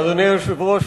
אדוני היושב-ראש,